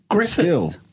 skill